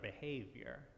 behavior